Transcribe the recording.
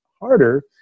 harder